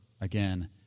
again